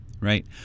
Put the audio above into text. right